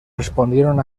respondieron